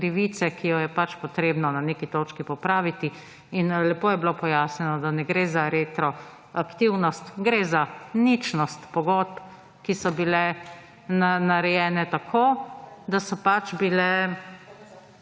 krivice, ki jo je pač potrebno na neki točki popraviti. Lepo je bilo pojasnjeno, da ne gre za retroaktivnost, gre za ničnost pogodb, ki so bile narejene tako, da so pač bile